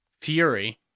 fury